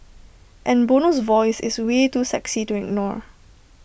and Bono's voice is way too sexy to ignore